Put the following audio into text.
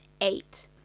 eight